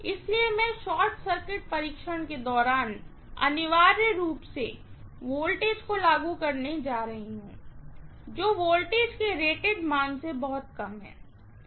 इसलिए मैं short circuit परीक्षण के दौरान अनिवार्य रूप से वोल्टेज को लागू करने जा रही हूँ जो वोल्टेज के रेटेड मान से बहुत कम है